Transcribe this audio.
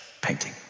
painting